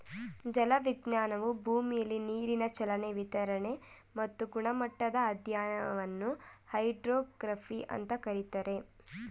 ಜಲವಿಜ್ಞಾನವು ಭೂಮಿಲಿ ನೀರಿನ ಚಲನೆ ವಿತರಣೆ ಮತ್ತು ಗುಣಮಟ್ಟದ ಅಧ್ಯಯನವನ್ನು ಹೈಡ್ರೋಗ್ರಫಿ ಅಂತ ಕರೀತಾರೆ